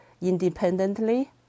independently